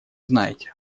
знаете